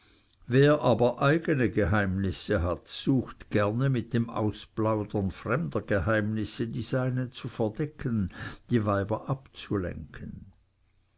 wer aber eigene geheimnisse hat sucht gerne mit dem ausplaudern fremder geheimnisse die seinen zu verdecken die weiber abzulenken